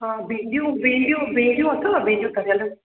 हा भिंडियूं भिंडियूं भिंडियूं अथव भिंडियूं तरियल